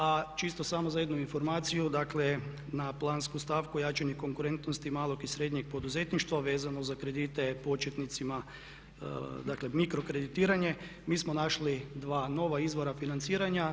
A čisto samo za jednu informaciju, dakle na plansku stavku jačanje konkurentnosti malog i srednjeg poduzetništva vezano za kredite početnicima, dakle mikro kreditiranje mi smo našli dva nova izvora financiranja.